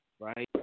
Right